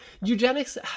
eugenics